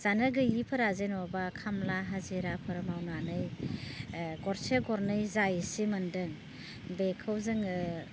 जानो गैयैफोरा जेनेबा खामला हाजिराफोर मावनानै गरसे गरनै जा एसे मोन्दों बेखौ जोङो